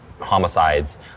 homicides